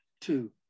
two